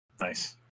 Nice